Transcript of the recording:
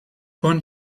one